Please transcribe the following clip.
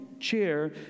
chair